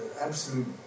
absolute